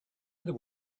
there